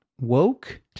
Woke